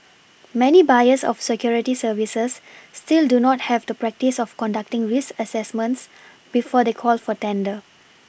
many buyers of security services still do not have the practice of conducting risk assessments before they call for tender